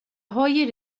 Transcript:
های